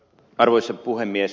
arvoisa puhemies